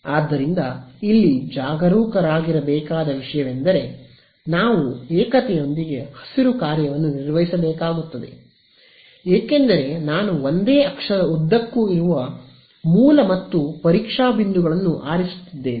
ಆದ್ದರಿಂದ ಇಲ್ಲಿ ಜಾಗರೂಕರಾಗಿರಬೇಕಾದ ವಿಷಯವೆಂದರೆ ನಾವು ಏಕತೆಯೊಂದಿಗೆ ಹಸಿರು ಕಾರ್ಯವನ್ನು ನಿರ್ವಹಿಸಬೇಕಾಗುತ್ತದೆ ಏಕೆಂದರೆ ನಾನು ಒಂದೇ ಅಕ್ಷದ ಉದ್ದಕ್ಕೂ ಇರುವ ಮೂಲ ಮತ್ತು ಪರೀಕ್ಷಾ ಬಿಂದುಗಳನ್ನು ಆರಿಸುತ್ತಿದ್ದೇನೆ